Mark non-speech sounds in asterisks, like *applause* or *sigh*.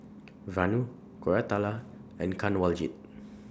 *noise* Vanu Koratala and Kanwaljit